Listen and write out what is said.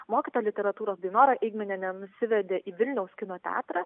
mokytoja literatūros dainora eigminienė nusivedė į vilniaus kino teatrą